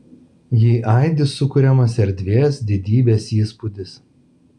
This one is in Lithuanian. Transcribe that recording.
jei aidi sukuriamas erdvės didybės įspūdis